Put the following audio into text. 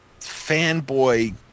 fanboy